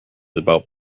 about